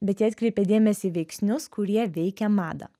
bet jie atkreipė dėmesį į veiksnius kurie veikė madą